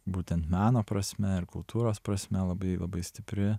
būtent meno prasme ir kultūros prasme labai labai stipri